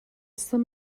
sum